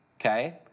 okay